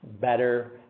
better